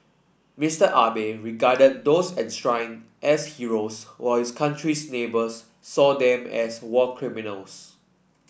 Mister Abe regarded those enshrined as heroes while his country's neighbours saw them as war criminals